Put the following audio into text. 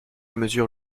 mesure